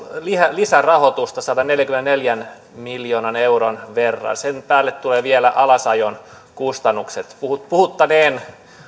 lisärahoitusta sadanneljänkymmenenneljän miljoonan euron verran sen päälle tulevat vielä alasajon kustannukset puhuttaneen